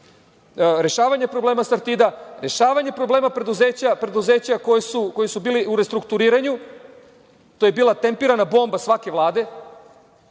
rešavanje problema „Sartida“, rešavanje problema za preduzeća koja su bila u restrukturiranju. To je bila tempirana bomba svake Vlade.